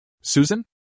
Susan